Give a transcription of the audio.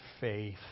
faith